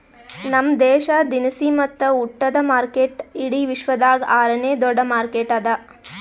ನಮ್ ದೇಶ ದಿನಸಿ ಮತ್ತ ಉಟ್ಟದ ಮಾರ್ಕೆಟ್ ಇಡಿ ವಿಶ್ವದಾಗ್ ಆರ ನೇ ದೊಡ್ಡ ಮಾರ್ಕೆಟ್ ಅದಾ